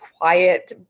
quiet